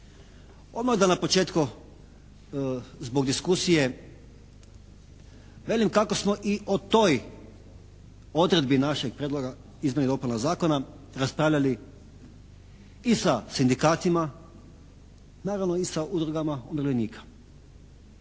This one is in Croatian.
Odmah da na početku zbog diskusije velim kako smo i o toj odredbi našeg Prijedloga izmjena i dopuna zakona raspravljali i sa sindikatima, naravno i sa udrugama umirovljenika.